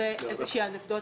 זו מין אנקדוטה.